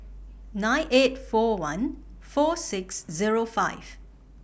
nine eight four one four six Zero five